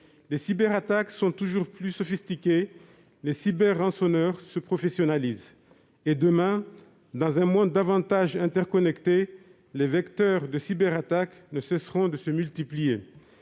Les cyberattaques sont toujours plus sophistiquées, les cyber-rançonneurs se professionnalisent. Et demain, dans un monde toujours plus interconnecté, les vecteurs de cyberattaques ne cesseront de se multiplier.